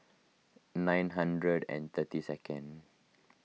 nine hundred and thirty second